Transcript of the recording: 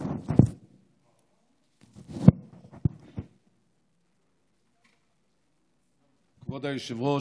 כבוד היושב-ראש,